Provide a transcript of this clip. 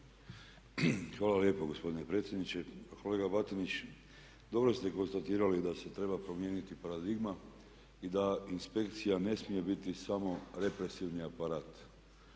Hvala lijepa gospodine predsjedniče. Pa kolega Batinić, dobro ste konstatirali da se treba promijeniti paradigma i da inspekcija ne smije biti samo represivni aparat.